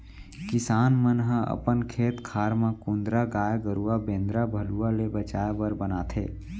किसान मन ह अपन खेत खार म कुंदरा गाय गरूवा बेंदरा भलुवा ले बचाय बर बनाथे